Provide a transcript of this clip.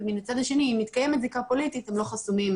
ומהצד השני אם מתקיימת זיקה פוליטית הם לא חסומים